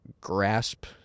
grasp